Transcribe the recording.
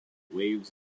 waves